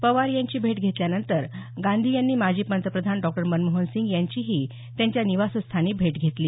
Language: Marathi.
पवार यांची भेट घेतल्यानंतर गांधी यांनी माजी पंतप्रधान डॉक्टर मनमोहनसिंग यांचीही त्यांच्या निवासस्थानी भेट घेतली